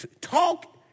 Talk